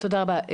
תודה רבה.